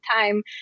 time